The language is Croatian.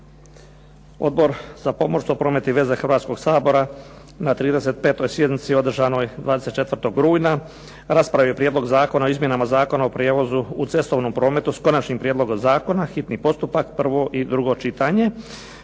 Odbor za pomorstvo, promet i veze Hrvatskoga sabora na 35. sjednici održanoj 24. rujna raspravio je Prijedlog zakona o izmjenama Zakona o prijevozu u cestovnom prijevozu, s konačnim prijedlogom zakona, hitni postupak, prvo i drugo čitanje